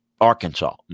Arkansas